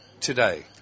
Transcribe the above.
today